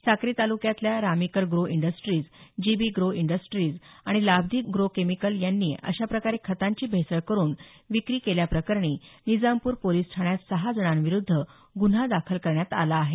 साक्री तालुक्यातल्या रामीकर grow industries GB grow industries आणि लाब्धी ग्रो केमिकल यांनी अशाप्रकारे खतांची भेसळ करुन विक्री केल्याप्रकरणी निजामपूर पोलिस ठाण्यात सहा जणांविरुद्ध गुन्हा दाखल करण्यात आला आहे